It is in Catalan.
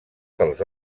pels